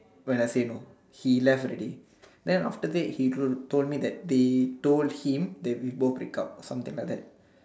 when I say no he left already then after that he told me that they told him we both break up already or something like that